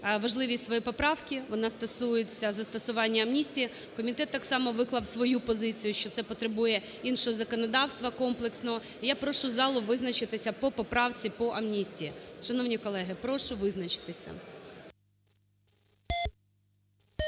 важливість свої поправки, вона стосується застосування амністії. Комітет так само виклав свою позицію, що це потребує іншого законодавства комплексного. Я прошу залу визначитися по поправці по амністії. Шановні колеги, прошу визначитися.